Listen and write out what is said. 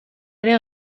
ere